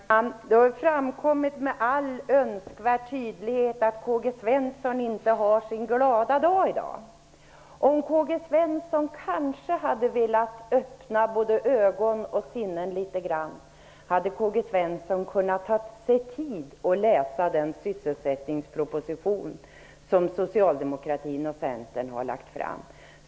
Fru talman! Det har framkommit med all önskvärd tydlighet att K-G Svenson inte har sin glada dag i dag. Om K-G Svenson hade velat öppna både ögon och sinnen litet grand hade kanske K-G Svenson kunnat tagit sig tid att läsa den sysselsättningsproposition som Socialdemokraterna och Centern har lagt fram.